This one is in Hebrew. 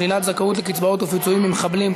שלילת זכאות לקצבאות ופיצויים ממחבלים),